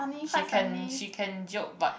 she can she can joke but